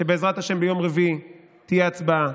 שבעזרת השם ביום רביעי תהיה הצבעה